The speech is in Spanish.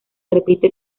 repite